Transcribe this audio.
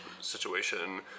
situation